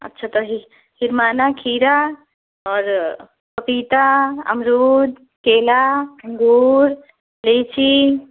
अच्छा तो ही हिरमाना खीरा और पपीता अमरूद केला अंगूर लीची